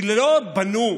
כי לא בנו,